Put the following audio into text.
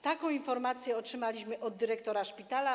Taką informację otrzymaliśmy od dyrektora szpitala.